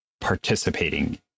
participating